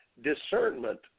discernment